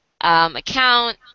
account